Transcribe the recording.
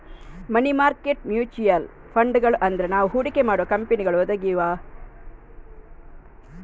ಮನಿ market mutual ಫಂಡುಗಳು ಅಂದ್ರೆ ನಾವು ಹೂಡಿಕೆ ಮಾಡುವ ಕಂಪನಿಗಳು ಒದಗಿಸುವ ಸೆಕ್ಯೂರಿಟಿಗಳಾಗಿವೆ